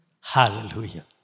Hallelujah